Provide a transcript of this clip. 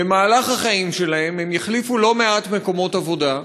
במהלך החיים שלהם, הם יחליפו לא מעט מקומות עבודה,